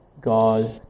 God